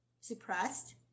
suppressed